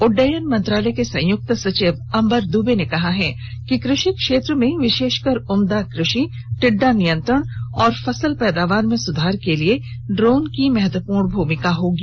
उड्डयन मंत्रालय के संयुक्त सचिव अम्बर दुबे ने कहा है कि कृषि क्षेत्र में विशेषकर उम्दा कृषि टिड्डा नियंत्रण और फसल पैदावार में सुधार के लिए ड्रोन की महत्वपूर्ण भूमिका होगी